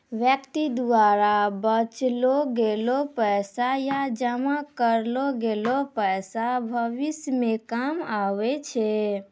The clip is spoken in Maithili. व्यक्ति द्वारा बचैलो गेलो पैसा या जमा करलो गेलो पैसा भविष्य मे काम आबै छै